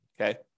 okay